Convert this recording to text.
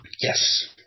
Yes